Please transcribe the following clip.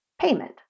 payment